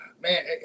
man